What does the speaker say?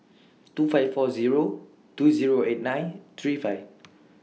two five four Zero two Zero eight nine three five